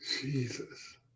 Jesus